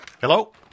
Hello